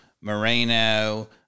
Moreno